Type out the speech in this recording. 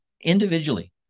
individually